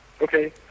Okay